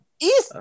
East